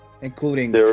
Including